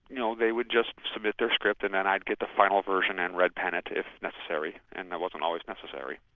you know they would just submit their script and then i'd get the final version and red-pen it if necessary, and it wasn't always necessary.